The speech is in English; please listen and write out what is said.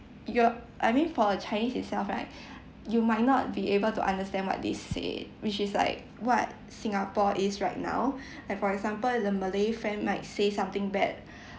you're I mean for a chinese itself right you might not be able to understand what they say which is like what singapore is right now like for example the malay friend might say something bad